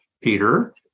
Peter